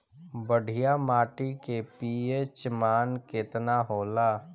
बढ़िया माटी के पी.एच मान केतना होला?